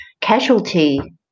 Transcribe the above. casualty